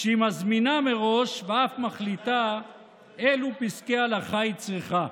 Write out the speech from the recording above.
כשהיא מזמינה מראש ואף מחליטה אלו פסקי הלכה היא צריכה.